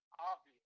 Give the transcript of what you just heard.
obvious